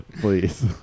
Please